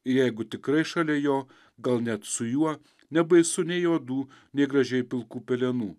jeigu tikrai šalia jo gal net su juo nebaisu nei juodų nei gražiai pilkų pelenų